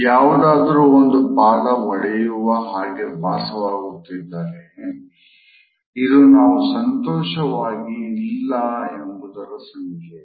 ಯಾವುದ್ದಾದ್ರೂ ಒಂದು ಪಾದ ಒಡೆಯುವ ಹಾಗೆ ಭಾಸವಾಗುತ್ತಿದ್ದರೆ ಅದು ನಾವು ಅಸಂತೋಷವಾಗಿರುವೆವು ಎಂಬ ಸಂಕೇತ